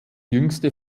jüngste